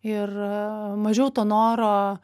ir mažiau to noro